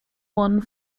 one